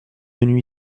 venu